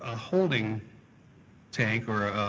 ah holding tank or